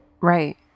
Right